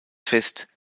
fest